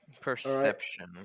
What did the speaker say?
Perception